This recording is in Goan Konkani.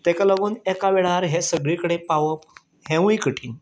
ताका लागून एका वेळार हे सगळे कडेन पावप हेंवूय कठीन